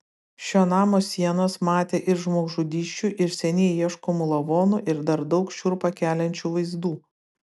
šio namo sienos matė ir žmogžudysčių ir seniai ieškomų lavonų ir dar daug šiurpą keliančių vaizdų